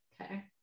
Okay